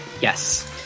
yes